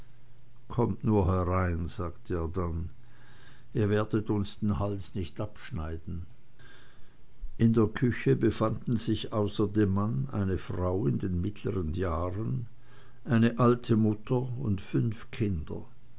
kommt nur herein sagte er dann ihr werdet uns den hals nicht abschneiden in der küche befanden sich außer dem manne eine frau in den mittlern jahren eine alte mutter und fünf kinder